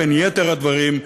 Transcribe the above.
בין יתר הדברים,